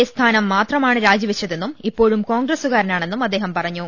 A സ്ഥാനം മാത്ര മാണ് രാജിവെച്ചതെന്നും ഇപ്പോഴും കോൺഗ്രസുകാരനാണെന്നും അദ്ദേഹം പറഞ്ഞു